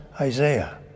Isaiah